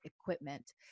equipment